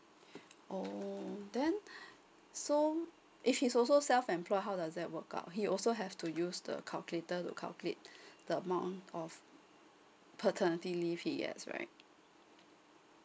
oh then so if he's also self employed how does that work out he also have to use the calculator to calculate the amount of paternity leave he has right